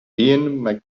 ian